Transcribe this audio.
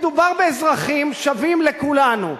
מדובר באזרחים שווים לכולנו,